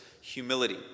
humility